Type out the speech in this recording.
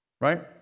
right